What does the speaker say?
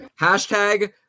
hashtag